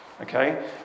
Okay